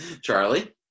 Charlie